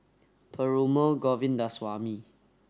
Perumal Govindaswamy